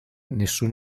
nessun